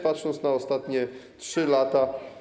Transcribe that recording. Patrząc na ostatnie 3 lata.